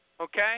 Okay